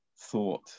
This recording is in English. thought